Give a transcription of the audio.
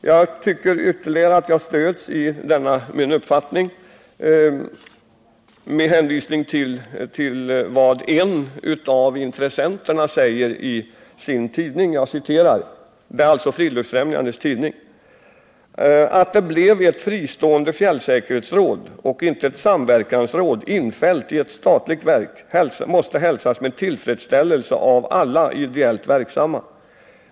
Jag tycker att jag stärks ytterligare i denna min uppfattning av vad en av intressenterna, nämligen Friluftsfrämjandet, skriver i sin tidning: ”Att det blev ett fristående fjällsäkerhetsråd — och inte ett samverkansråd infällt i ett statligt verk — måste hälsas med tillfredsställelse av alla ideellt verksamma.